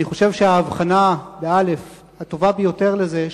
אני חושב שהאבחנה הטובה ביותר לזה,